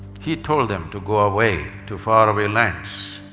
he told them to go away to faraway lands.